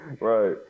Right